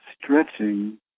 stretching